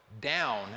down